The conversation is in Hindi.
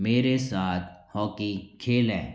मेरे साथ हॉकी खेलें